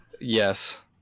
Yes